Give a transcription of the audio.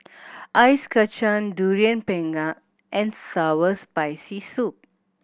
Ice Kachang Durian Pengat and sour and Spicy Soup